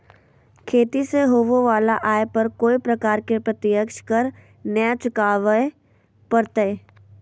खेती से होबो वला आय पर कोय प्रकार के प्रत्यक्ष कर नय चुकावय परतय